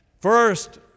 First